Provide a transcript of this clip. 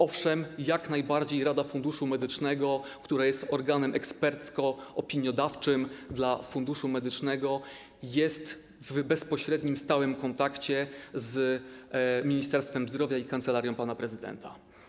Owszem, Rada Funduszu Medycznego, która jest organem ekspercko-opiniodawczym dla Funduszu Medycznego, jest w bezpośrednim i stałym kontakcie z Ministerstwem Zdrowia i Kancelarią Prezydenta.